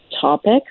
Topic